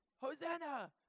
Hosanna